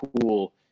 cool